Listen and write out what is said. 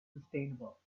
sustainable